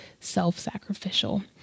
self-sacrificial